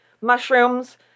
Mushrooms